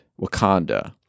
Wakanda